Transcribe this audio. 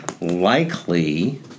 likely